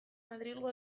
madrilgo